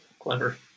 clever